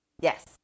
yes